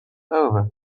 over